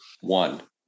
One